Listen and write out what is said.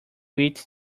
eat